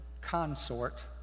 consort